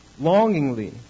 longingly